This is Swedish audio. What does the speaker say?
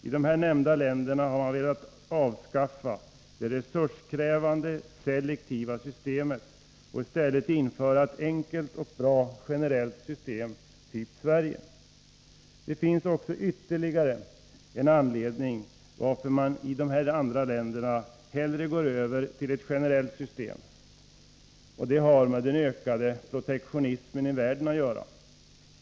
I de nämnda länderna har man velat avskaffa det resurskrävande selektiva systemet och i stället införa ett enkelt och bra generellt system, typ Sverige. Det finns också ytterligare en anledning varför man i de andra länderna hellre går över till ett generellt system. Det har med den ökade protektionismen i världen att göra.